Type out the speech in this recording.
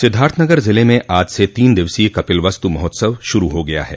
सिद्वार्थनगर ज़िले में आज से तीन दिवसीय कपिलवस्तु महोत्सव शूरू हो गया है